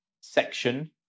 section